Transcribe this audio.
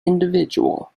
individual